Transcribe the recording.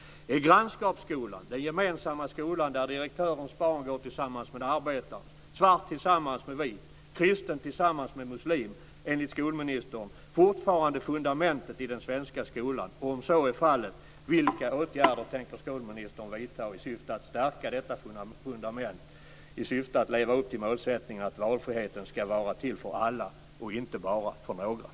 Är grannskapsskolan - den gemensamma skola där direktörens barn går tillsammans med arbetarens, svart tillsammans med vit och kristen tillsammans med muslim - enligt skolministern fortfarande fundamentet i den svenska skolan? Om så är fallet - vilka åtgärder tänker skolministern vidta för att stärka detta fundament i syfte att leva upp till målsättningen att valfriheten ska vara till för alla och inte bara för några?